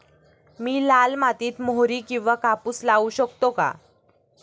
मी लाल मातीत मोहरी किंवा कापूस लावू शकतो का?